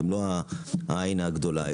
אתם לא העין הגדולה,